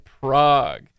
Prague